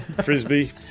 Frisbee